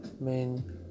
main